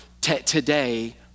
today